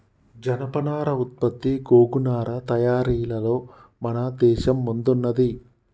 జనపనార ఉత్పత్తి గోగు నారా తయారీలలో మన దేశం ముందున్నది